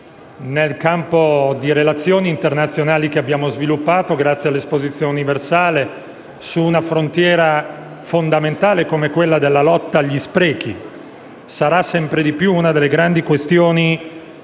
nel campo di relazioni internazionali che abbiamo sviluppato grazie all'Esposizione universale su una frontiera fondamentale come quella della lotta agli sprechi. Sarà sempre di più una delle grandi questioni